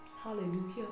hallelujah